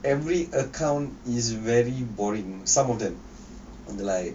every account is very boring some of them like